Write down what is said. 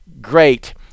great